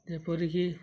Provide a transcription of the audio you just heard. ଯେପରିକି